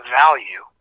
value